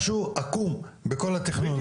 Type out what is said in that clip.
משהו עקום בכל התכנון הזה.